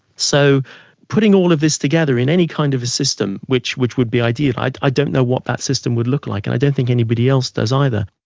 so putting all of this together in any kind of a system which which would be ideal, i i don't know what that system would look like, and i don't think anybody else does either.